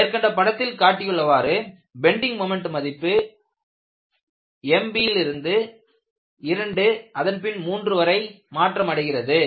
மேற்கண்ட படத்தில் காட்டியுள்ளவாறு பெண்டிங் மொமெண்ட் மதிப்பு 1Mb லிருந்து இரண்டு அதன்பின் மூன்று வரை மாற்றமடைகிறது